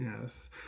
Yes